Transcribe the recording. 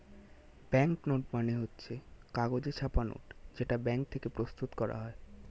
bank note মানে হচ্ছে কাগজে ছাপা নোট যেটা ব্যাঙ্ক থেকে প্রস্তুত করা হয়